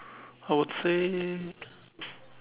I would say